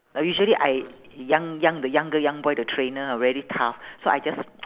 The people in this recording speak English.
oh usually I young young the young girl young boy the trainer very tough so I just